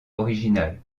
original